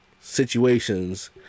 Situations